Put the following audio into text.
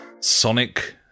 Sonic